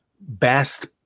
best